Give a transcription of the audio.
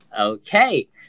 Okay